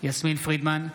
יסמין פרידמן,